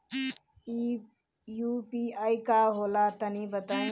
इ यू.पी.आई का होला तनि बताईं?